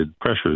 pressures